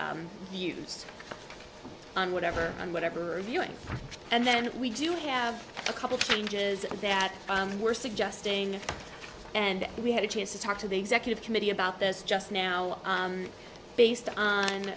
views on whatever on whatever viewing and then we do have a couple changes that we're suggesting and we had a chance to talk to the executive committee about this just now based on